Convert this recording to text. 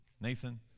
Nathan